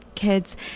kids